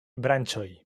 branĉoj